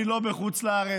אני לא בחוץ לארץ,